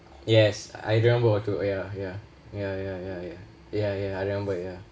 yes I remember too ya ya ya ya ya ya ya ya I remember ya